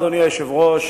אדוני היושב-ראש,